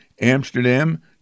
Amsterdam